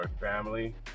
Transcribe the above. family